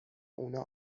اونا